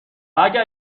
اگر